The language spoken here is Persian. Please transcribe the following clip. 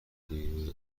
دیروز